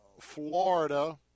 Florida